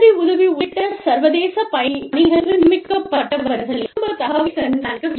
கல்வி உதவி உள்ளிட்ட சர்வதேச பணிகளுக்கு நியமிக்கப்பட்டவர்களின் குடும்ப தகவல்களைக் கண்காணிக்க வேண்டும்